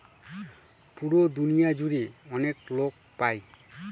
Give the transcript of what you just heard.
পুরো দুনিয়া জুড়ে অনেক লোক পাই